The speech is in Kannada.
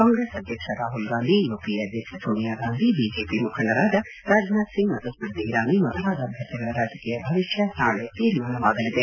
ಕಾಂಗ್ರೆಸ್ ಅಧ್ಯಕ್ಷ ರಾಹುಲ್ ಗಾಂಧಿ ಯುಪಿಎ ಅಧ್ಯಕ್ಷ ಸೋನಿಯಾ ಗಾಂಧಿ ಬಿಜೆಪಿ ಮುಖಂಕಡರಾದ ಸಚಿವರಾದ ರಾಜನಾಥ್ ಸಿಂಗ್ ಮತ್ತು ಸ್ಥತಿ ಇರಾನಿ ಮೊದಲಾದ ಅಭ್ಯರ್ಥಿಗಳ ರಾಜಕೀಯ ಭವಿಷ್ಯ ನಾಳೆ ತೀರ್ಮಾನವಾಗಲಿದೆ